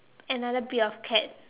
another breed of cat